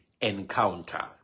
encounter